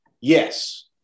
Yes